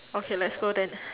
okay let's go then